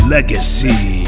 Legacy